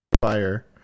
fire